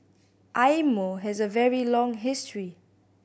Eye Mo has a very long history